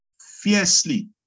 fiercely